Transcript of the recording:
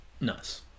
nice